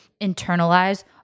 internalize